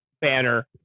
banner